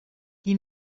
qui